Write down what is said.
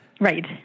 Right